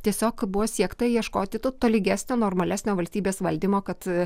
tiesiog buvo siekta ieškoti to tolygesnio normalesnio valstybės valdymo kad